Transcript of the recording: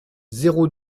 zéro